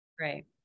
Right